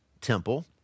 temple